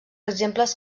exemples